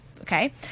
okay